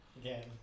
Again